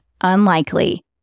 unlikely